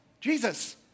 Jesus